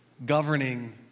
Governing